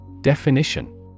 Definition